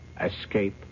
escape